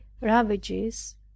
ravages